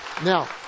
Now